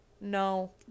no